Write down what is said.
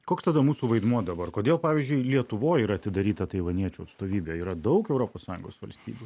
koks tada mūsų vaidmuo dabar kodėl pavyzdžiui lietuvoj yra atidaryta taivaniečių atstovybė yra daug europos sąjungos valstybių